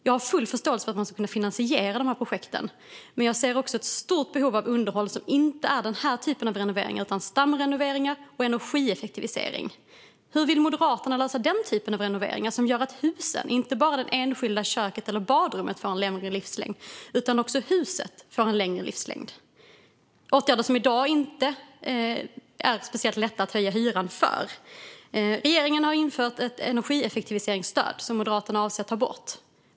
Jag har full förståelse för att man ska kunna finansiera dessa projekt, men jag ser också ett stort behov av underhåll som inte är denna typ av renoveringar utan stamrenoveringar och energieffektivisering. Hur vill Moderaterna lösa den typen av renoveringar, som gör att husen och inte bara det enskilda köket eller badrummet får en rimlig livslängd? Det är åtgärder som i dag inte är speciellt lätta att höja hyran för. Regeringen har infört ett energieffektiviseringsstöd, som Moderaterna avser att ta bort.